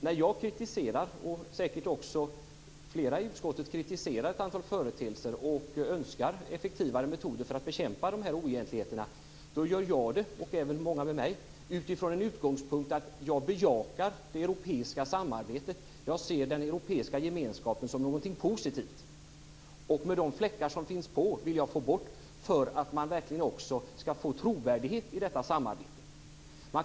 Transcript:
När jag, och säkert flera andra i utskottet, kritiserar ett antal företeelser och önskar effektivare metoder för att bekämpa de här oegentligheterna gör jag, och många med mig, det utifrån den utgångspunkten att jag bejakar det europeiska samarbetet. Jag ser den europeiska gemenskapen som någonting positivt. Men jag vill få bort de fläckar som finns för att man skall få trovärdighet i detta samarbete. Fru talman!